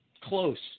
close